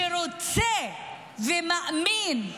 שרוצה, שמאמין,